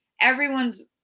everyone's